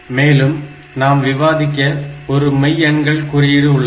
மேலும் நாம் விவாதிக்க ஒரு மெய்யெண்கள் குறியீடு உள்ளது